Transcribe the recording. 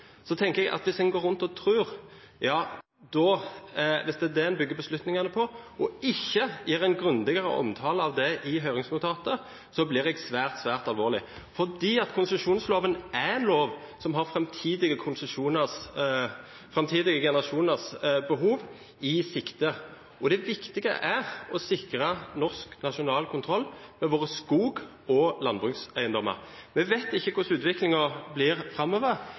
tenker jeg at hvis en går rundt og tror, og det er det en bygger beslutningene på, og en ikke gir en grundigere omtale av det i høringsnotatet, blir jeg svært alvorlig, for konsesjonsloven er en lov som har framtidige generasjoners behov i sikte. Det viktige er å sikre norsk nasjonal kontroll med våre skog- og landbrukseiendommer. Vi vet ikke hvordan utviklingen blir framover,